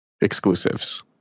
exclusives